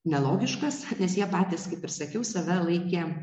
nelogiškas nes jie patys kaip ir sakiau save laikė